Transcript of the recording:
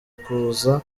kuza